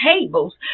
tables